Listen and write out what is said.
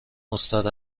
استاد